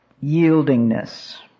Yieldingness